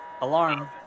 alarm